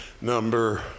number